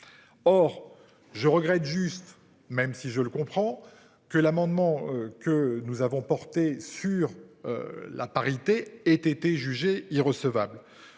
Or je regrette juste même si je le comprends que l'amendement que nous avons porté sur. La parité aient été jugée irrecevable.